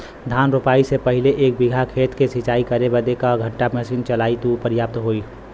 धान रोपाई से पहिले एक बिघा खेत के सिंचाई करे बदे क घंटा मशीन चली तू पर्याप्त होई?